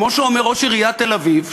כמו שאומר ראש עיריית תל-אביב,